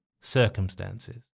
circumstances